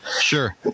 sure